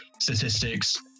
statistics